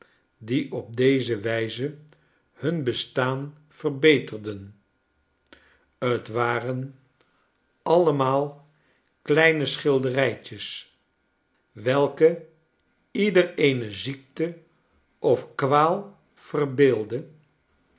die op deze wijze hun bestaan verbeterden t waren altemaal kleine schilderij tjes welke ieder eene ziekte of kwaal verbeeldde